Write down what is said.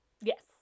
yes